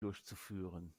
durchzuführen